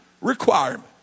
requirement